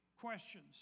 questions